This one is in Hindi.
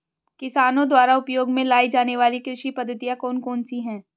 किसानों द्वारा उपयोग में लाई जाने वाली कृषि पद्धतियाँ कौन कौन सी हैं?